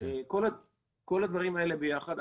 ואחרי שהשמעתי ביקורת,